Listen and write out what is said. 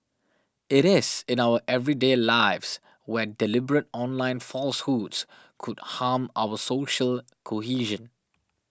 it is in our everyday lives where deliberate online falsehoods could harm our social cohesion